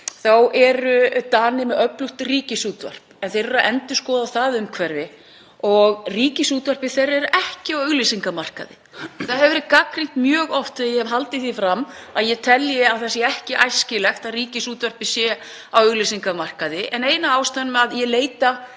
eru Danir með öflugt ríkisútvarp en þeir eru að endurskoða það umhverfi og ríkisútvarpið þeirra er ekki á auglýsingamarkaði. Það hefur verið gagnrýnt mjög oft að ég hef haldið því fram að ég telji ekki æskilegt að ríkisútvarpið sé á auglýsingamarkaði. En ein af ástæðunum er sú að ég leita